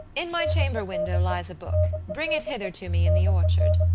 in my chamber-window lies a book bring it hither to me in the orchard.